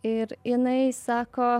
ir jinai sako